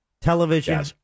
television